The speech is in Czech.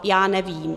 Já nevím.